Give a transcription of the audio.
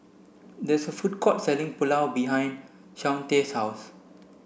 there's a food court selling Pulao behind Shawnte's house